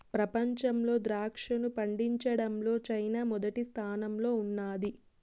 ప్రపంచంలో ద్రాక్షను పండించడంలో చైనా మొదటి స్థానంలో ఉన్నాది